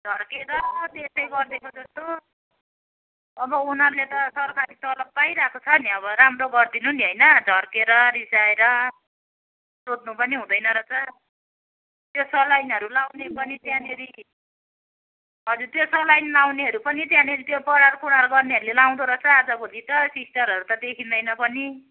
झर्किएर त्यसै गर्देको जस्तो अब उनीहरूले त सरकारी तलब पाइरहेको छ नि अब राम्रो गरिदिनु नि होइन झर्किएर रिसाएर सोध्नु पनि हुँदैन रहेछ त्यो सलाइनहरू लाउने पनि त्यहाँनिर अरू त्यो सलाइन लाउनेहरू पनि त्यहाँनिर त्यो बढार कुढार गर्नेहरूले लाउँदो रहेछ आजभोलि त सिस्टरहरू त देखिँदैन पनि